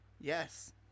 Yes